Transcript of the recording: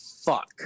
fuck